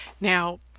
Now